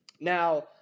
Now